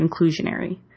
inclusionary